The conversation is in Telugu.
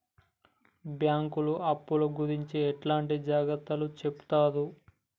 బ్యాంకులు అప్పుల గురించి ఎట్లాంటి జాగ్రత్తలు చెబుతరు?